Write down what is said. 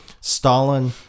Stalin